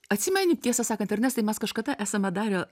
atsimeni tiesą sakant ernestai mes kažkada esame darę